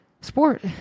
sport